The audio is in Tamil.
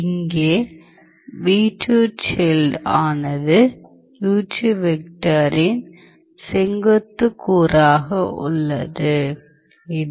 இங்கே ஆனது இன் செங்குத்துக் கூறாக உள்ளது இது